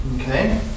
Okay